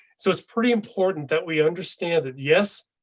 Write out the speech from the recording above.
so it's pretty important that we understand it. yes,